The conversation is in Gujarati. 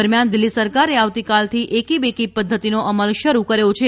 દરમિયાન દિલ્હી સરકારે આવતીકાલથી એકી બેકી પધ્ધતિનો અમલ શરૂ કર્યો છે